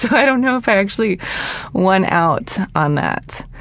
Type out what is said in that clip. i don't know if i actually won out on that,